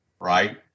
Right